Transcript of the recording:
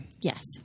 Yes